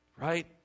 Right